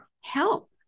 help